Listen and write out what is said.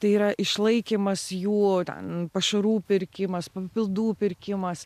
tai yra išlaikymas jų ten pašarų pirkimas papildų pirkimas